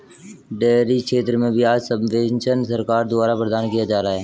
dairy क्षेत्र में ब्याज सब्वेंशन सरकार द्वारा प्रदान किया जा रहा है